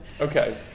Okay